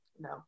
No